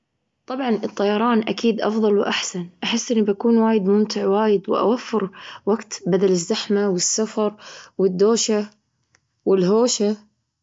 طبعا، الطيران أكيد أفضل وأحسن. أحس إني بكون وايد ممتع وايد وأوفر وقت بدل الزحمة والسفر والدوشة والهوشة.